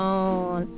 on